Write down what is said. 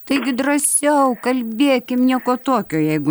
taigi drąsiau kalbėkim nieko tokio jeigu